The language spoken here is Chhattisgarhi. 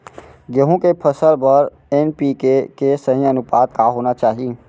गेहूँ के फसल बर एन.पी.के के सही अनुपात का होना चाही?